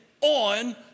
on